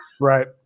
Right